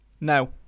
no